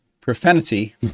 profanity